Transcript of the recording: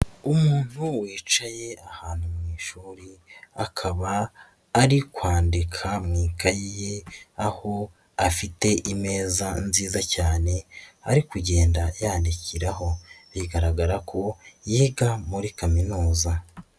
Umuntu wicaye ahantu mu ishuri akaba ari kwandika mu ikayi ye aho afite imeza nziza cyane ari kugenda yandikiraho, bigaragara ko yiga muri kaminuza.